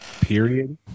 period